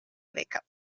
greca